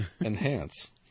Enhance